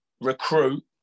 recruit